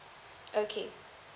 okay